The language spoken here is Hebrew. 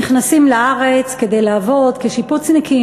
נכנסים לארץ כדי לעבוד כשיפוצניקים,